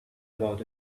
about